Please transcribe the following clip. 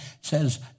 says